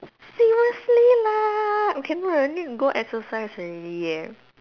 seriously lah cannot I need to go exercise already eh